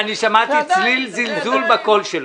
שמעתי צליל זלזול בקול שלו.